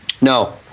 No